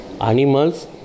Animals